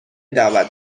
دعوت